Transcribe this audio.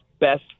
best